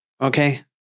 Okay